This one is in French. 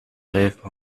rêves